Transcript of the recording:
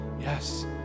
Yes